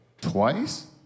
twice